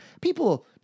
People